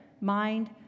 mind